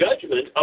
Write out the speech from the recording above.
judgment